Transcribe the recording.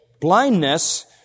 Blindness